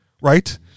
right